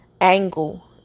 angle